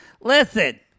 Listen